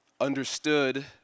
understood